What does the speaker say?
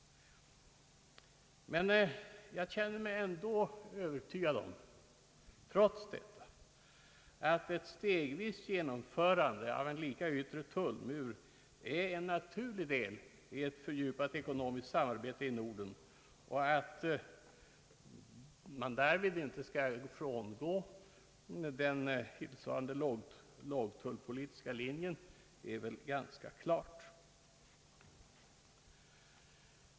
Trots detta känner jag mig övertygad om att ett genomförande stegvis av en gemensam yttre tull mur är en naturlig del i ett fördjupat ekonomiskt samarbete i Norden. Att man därvid inte skall frångå den hittillsvarande lågtullpolitiska linjen är ganska klart.